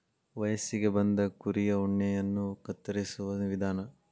ವಯಸ್ಸಿಗೆ ಬಂದ ಕುರಿಯ ಉಣ್ಣೆಯನ್ನ ಕತ್ತರಿಸುವ ವಿಧಾನ